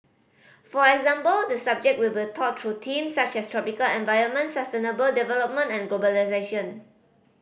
for example the subject will be taught through themes such as tropical environment sustainable development and globalisation